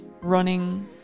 running